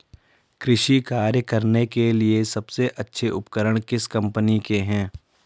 कृषि कार्य करने के लिए सबसे अच्छे उपकरण किस कंपनी के हैं?